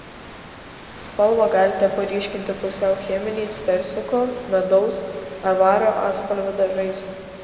spalvą galite paryškinti pusiau cheminiais persiko medaus ar vario atspalvio dažais